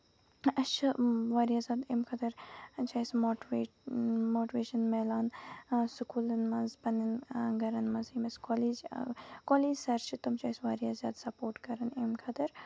اَسہِ چھُ واریاہ زیادٕ اَمہِ خٲطرٕ چھُ اَسہِ موٹِویٹ موٹِویشن ملان سکوٗلن منٛز پَنٕنین گرن منٛز یِم اَسہِ کولیج کولیج سر چھِ تِم چھِ اَسہِ واریاہ زیادٕ سپوٹ کران اَمہِ خٲطرٕ